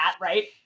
right